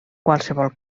qualsevol